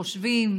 חושבים,